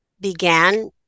began